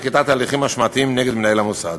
נקיטת הליכים משמעתיים נגד מנהל המוסד,